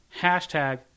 hashtag